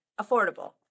affordable